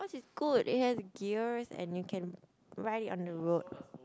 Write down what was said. good it has gears and you can ride it on the road